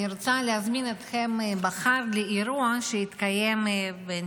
אני רוצה להזמין אתכם לאירוע שיתקיים מחר בין